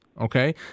okay